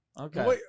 Okay